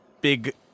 big